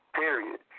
period